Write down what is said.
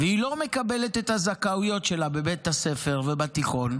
והיא לא מקבלת את הזכאויות שלה בבית ספר ובתיכון,